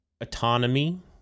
autonomy